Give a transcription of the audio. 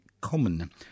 common